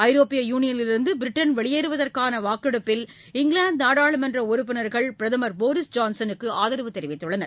ஐரோப்பிய யூனியனிலிருந்து பிரிட்டன் வெளியேறுவதற்கான வாக்கெடுப்பில் இங்கிலாந்து நாடாளுமன்ற உறுப்பினர்கள் பிரதமர் போரிஸ் ஜான்சனுக்கு ஆதரவு தெரிவித்துள்ளனர்